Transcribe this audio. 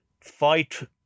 fight